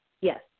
Yes